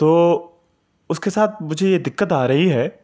تو اس کے ساتھ مجھے یہ دقت آ رہی ہے